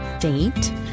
date